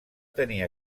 tenir